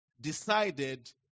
decided